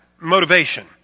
motivation